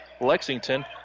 Lexington